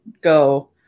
go